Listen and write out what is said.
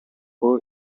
poi